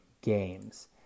games